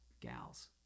gals